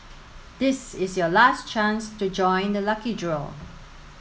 this is your last chance to join the lucky draw